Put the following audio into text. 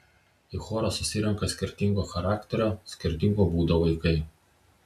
į chorą susirenka skirtingo charakterio skirtingo būdo vaikai